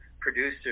producer